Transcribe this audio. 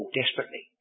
desperately